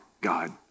God